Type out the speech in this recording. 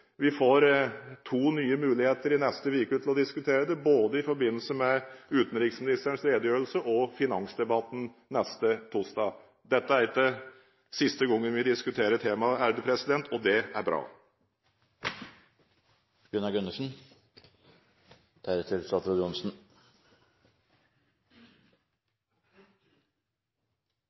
Vi får to nye muligheter i neste uke til å diskutere dette, i forbindelse med både utenriksministerens redegjørelse og finansdebatten neste torsdag. Dette er ikke siste gangen vi diskuterer temaet, og det er bra.